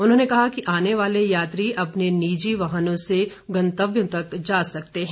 उन्होंने कहा कि आने वाले यात्री अपने निजी वाहनों से गंतव्यों तक जा सकते हैं